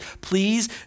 please